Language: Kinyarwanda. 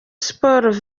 sports